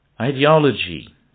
ideology